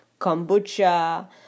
kombucha